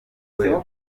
rwego